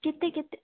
କେତେ କେତେ